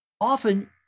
often